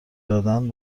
دادن